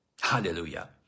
Hallelujah